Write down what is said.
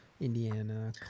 Indiana